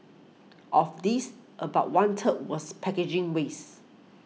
of this about one third was packaging ways